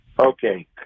Okay